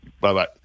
Bye-bye